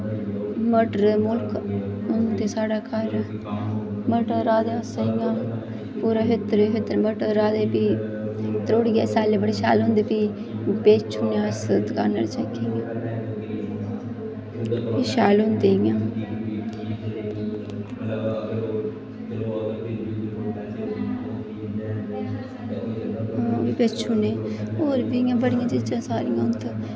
मटर मुल्ख होंदे साढ़ै घर मटर रहांदे असें इ'यां पूरे खेतर दे खेतर इ'यां मटर राएदे फ्ही त्रोड़ियै स्यालै बड़े शैल होंदे फ्ही बेची ओड़ने अस दकानै पर जाइयै शैल होंदे इ'यां होर बी बड़ियां चीज़ां सारियां होंदियां